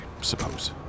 suppose